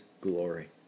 glory